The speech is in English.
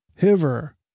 Hiver